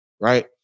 right